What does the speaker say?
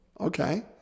Okay